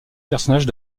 personnages